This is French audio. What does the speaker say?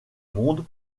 monde